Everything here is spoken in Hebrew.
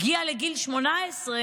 הגיע לגיל 18,